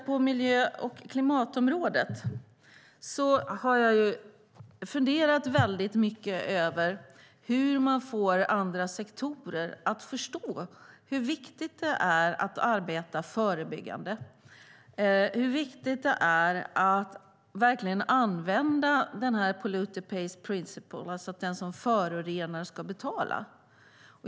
På miljö och klimatområdet har jag funderat mycket på hur vi ska få andra sektorer att förstå hur viktigt det är att arbeta förebyggande och att använda polluter pays principle, alltså att den som förorenar ska betala.